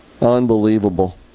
Unbelievable